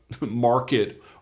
market